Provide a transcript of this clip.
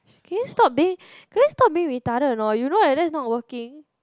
can stop being can you being retarded or not you like that is not working